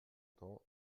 temps